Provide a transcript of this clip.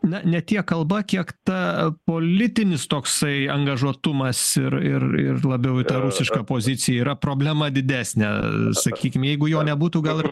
na ne tiek kalba kiek ta politinis toksai angažuotumas ir ir ir labiau rusiška pozicija yra problema didesnė sakykim jeigu jo nebūtų gal ir